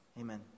Amen